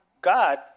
God